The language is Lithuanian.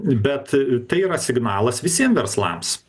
bet tai yra signalas visiem verslams